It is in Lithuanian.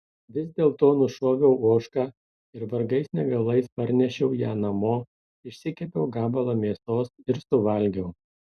vis dėlto nušoviau ožką ir vargais negalais parnešiau ją namo išsikepiau gabalą mėsos ir suvalgiau